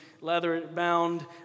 leather-bound